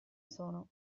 sono